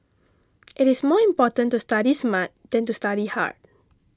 it is more important to study smart than to study hard